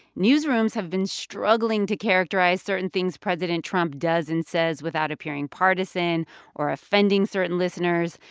newsrooms have been struggling to characterize certain things president trump does and says without appearing partisan or offending certain listeners.